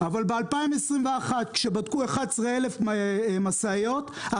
אבל ב-2021 כשבדקו 11,000 משאיות,